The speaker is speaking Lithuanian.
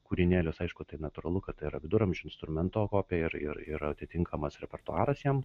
kūrinėlius aišku tai natūralu kad tai yra viduramžių instrumento kopija ir ir yra atitinkamas repertuaras jam